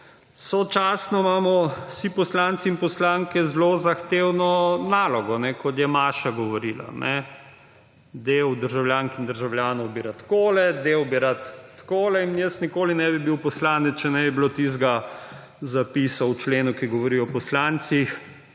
Sočasno imamo vsi poslanci in poslanke zelo zahtevno nalogo, kot je Maša govorila. Del državljank in državljanov bi rad takole, del bi rad takole. In jaz nikoli ne bi bil poslanec, če ne bi bilo tistega zapisa v členu, ki govori o poslancih,